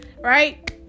right